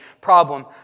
problem